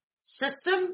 system